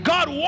God